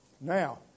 Now